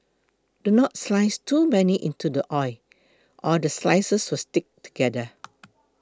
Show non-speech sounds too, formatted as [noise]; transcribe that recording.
do not slice too many into the oil or the slices will stick together [noise]